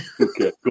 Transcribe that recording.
Okay